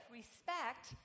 respect